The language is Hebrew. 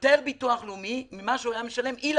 יותר ביטוח לאומי ממה שהיה משלם אילו